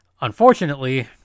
Unfortunately